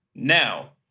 Now